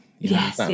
Yes